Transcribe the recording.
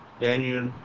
Daniel